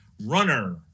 Runner